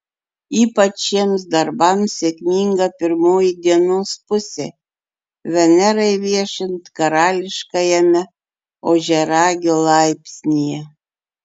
ypač šiems darbams sėkminga pirmoji dienos pusė venerai viešint karališkajame ožiaragio laipsnyje